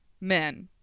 men